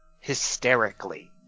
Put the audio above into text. hysterically